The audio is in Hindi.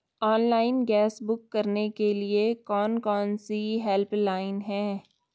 ऑनलाइन गैस बुक करने के लिए कौन कौनसी हेल्पलाइन हैं?